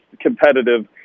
competitive